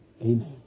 Amen